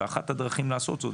ואחת הדרכים לעשות זאת,